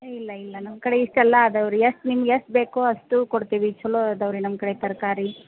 ಇಲ್ಲ ಇಲ್ಲ ನಮ್ಮ ಕಡೆ ಇಷ್ಟೆಲ್ಲ ಅದವೆ ರೀ ಎಷ್ಟು ನಿಮ್ಗೆ ಎಷ್ಟು ಬೇಕೋ ಅಷ್ಟೂ ಕೊಡ್ತೀವಿ ಚಲೋ ಅದವೆ ರೀ ನಮ್ಮ ಕಡೆ ತರಕಾರಿ